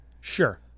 Sure